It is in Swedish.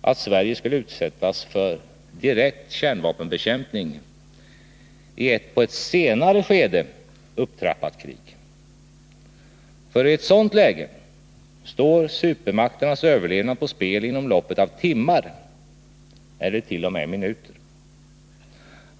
att Sverige skulle utsättas för direkt kärnvapenbekämpning i ett på ett senare stadium upptrappat krig. För i ett sådant läge står supermakternas överlevnad på spel inom loppet av timmar eller t.o.m. minuter.